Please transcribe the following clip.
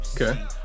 okay